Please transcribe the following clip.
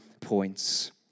points